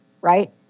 Right